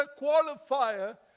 qualifier